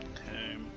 Okay